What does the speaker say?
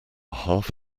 half